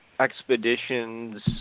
expeditions